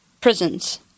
prisons